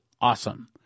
awesome